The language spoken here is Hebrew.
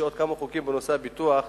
יש עוד כמה חוקים בנושא הביטוח,